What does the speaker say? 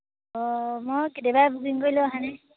অঁ মই কেতিয়াবাই বুকিং কৰিলোঁ অহাই নাই